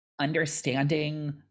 understanding